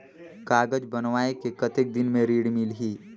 कागज बनवाय के कतेक दिन मे ऋण मिलही?